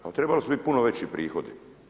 Pa trebali su biti puno veći prohodi.